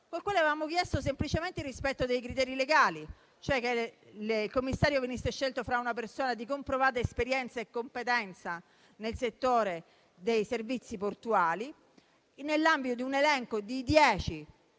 il quale avevamo chiesto semplicemente il rispetto dei criteri legali, ossia che il commissario venisse scelto fra persone di comprovata esperienza e competenza nel settore dei servizi portuali, nell'ambito di un elenco di